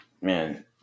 man